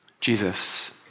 jesus